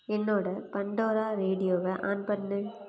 என்னோட பண்டோரா ரேடியோவை ஆன் பண்ணு